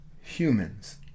humans